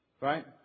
Right